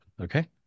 okay